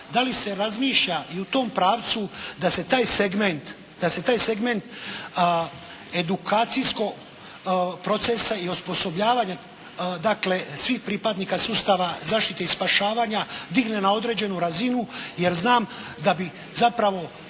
da li se razmišlja i u tom pravcu da se taj segment edukacijskog procesa i osposobljavanja dakle svih pripadnika sustava zaštite i spašavanja digne na određenu razinu jer znam da bi zapravo